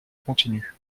continu